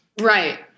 Right